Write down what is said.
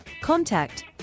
Contact